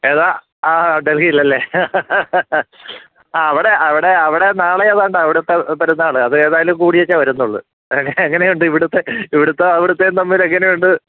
ഏതാ ആ ഡെൽഹിയിൽ അല്ലേ ആ അവിടെ അവിടെ അവിടെ നാളെയേതാണ്ടാ അവിടുത്തെ പെരുന്നാൾ അതേതായാലും കൂടിയേച്ചെ വരുന്നൊള്ളൂ എങ്ങനെയുണ്ട് ഇവിടുത്തെ ഇവിടുത്തെ അവിടുത്തെയും തമ്മിൽ എങ്ങനെയുണ്ട്